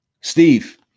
Steve